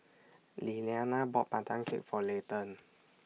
Lillianna bought Pandan Cake For Leighton